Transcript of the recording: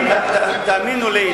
תאמינו לי,